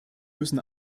müssen